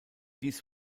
dies